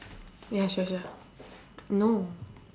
ya sure sure no